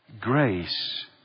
Grace